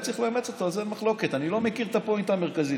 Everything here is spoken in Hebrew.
אתה לא עונה בצורה רצינית.